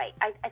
right